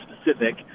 specific